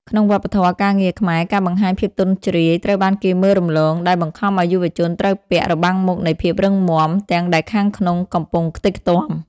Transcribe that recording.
ក្នុងវប្បធម៌ការងារខ្មែរ ការបង្ហាញភាពទន់ជ្រាយត្រូវបានគេមើលរំលង ដែលបង្ខំឱ្យយុវជនត្រូវពាក់ "របាំងមុខនៃភាពរឹងមាំ" ទាំងដែលខាងក្នុងកំពុងខ្ទេចខ្ទាំ